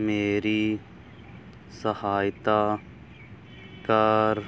ਮੇਰੀ ਸਹਾਇਤਾ ਕਰ